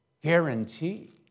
guarantee